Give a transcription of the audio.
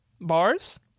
Bars